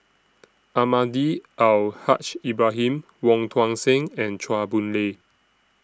Almahdi Al Haj Ibrahim Wong Tuang Seng and Chua Boon Lay